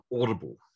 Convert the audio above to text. Audible